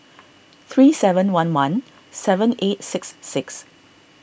three seven one one seven eight six six